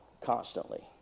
constantly